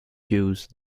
juice